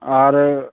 अरे